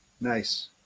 Nice